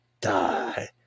Die